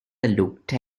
looked